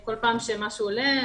כל פעם שמשהו עולה,